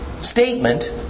statement